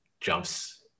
jumps